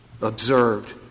observed